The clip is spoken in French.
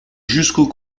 jusqu’au